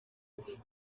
bose